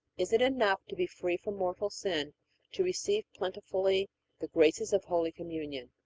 is it enough to be free from mortal sin to receive plentifully the graces of holy communion?